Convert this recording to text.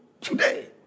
today